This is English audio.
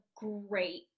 great